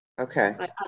Okay